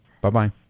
Bye-bye